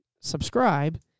subscribe